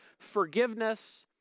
forgiveness